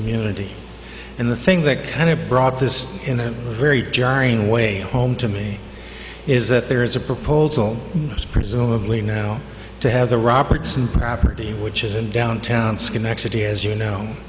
community and the thing that kind of brought this in a very jarring way home to me is that there is a proposal is presumably now to have the robertson property which is in downtown schenectady as you know